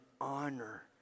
honor